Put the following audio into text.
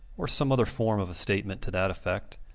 or some other form of a statement to that effect.